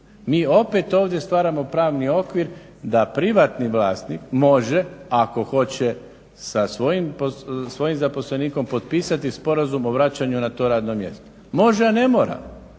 Mi opet ovdje stvaramo pravni okvir da privatni vlasnik može ako hoće sa svojim zaposlenikom potpisati sporazum o vraćanju na to radno mjesto. Može, ali i ne mora